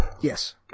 Yes